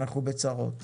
אנחנו בצרות.